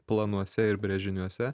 planuose ir brėžiniuose